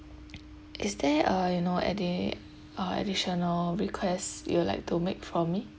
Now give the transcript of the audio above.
is there uh you know any uh additional requests you would like to make from me